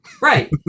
Right